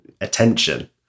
attention